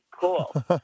cool